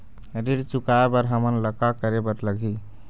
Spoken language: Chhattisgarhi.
ऋण चुकाए बर हमन ला का करे बर लगही?